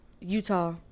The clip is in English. Utah